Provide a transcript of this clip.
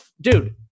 dude